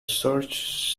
search